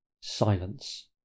Silence